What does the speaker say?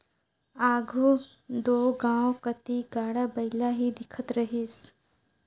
आघु दो गाँव कती गाड़ा बइला ही दिखत रहिस